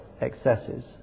excesses